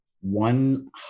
One